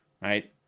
right